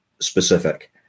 specific